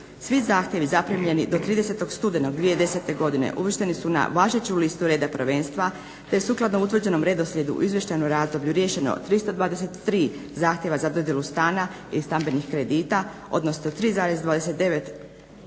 Svi zahtjevi zaprimljeni do 30. studenog 2010. godine uvršteni su na važeću listu reda prvenstva, te je sukladno utvrđenom redoslijedu u izvještajnom razdoblju riješeno 323 zahtjeva za dodjelu stana ili stambenih kredita, odnosno 3,29%